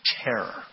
terror